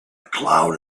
cloud